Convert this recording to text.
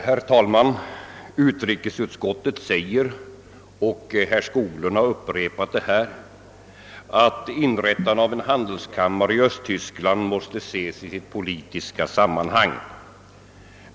Herr talman! Utrikesutskottet säger — detta har herr Skoglund upprepat här — att inrättandet av en handelskammare i Östtyskland måste ses i sitt politiska sammanhang.